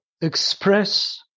express